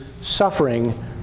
suffering